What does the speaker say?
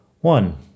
One